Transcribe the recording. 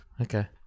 Okay